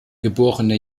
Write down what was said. geborene